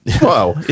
wow